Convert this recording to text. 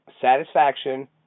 Satisfaction